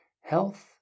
health